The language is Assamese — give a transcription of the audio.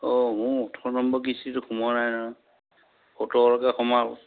অঁ মোৰ ওঠৰ নম্বৰ কিস্তিতো সোমোৱা নাই ন সোঁতৰলৈকে সোমাল